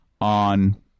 on